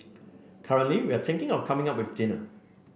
currently we are thinking of coming up with dinner